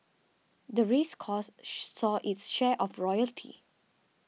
the race course saw its share of royalty